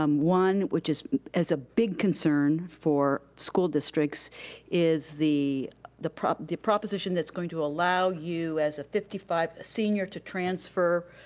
um one which is as a big concern for school districts is the the proposition that's going to allow you as a fifty five senior to transfer.